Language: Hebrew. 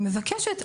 היא מבקשת.